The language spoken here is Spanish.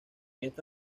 esta